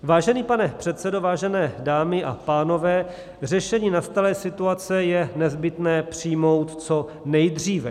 Vážený pane předsedo, vážené dámy a pánové, řešení nastalé situace je nezbytné přijmout co nejdříve.